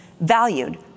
valued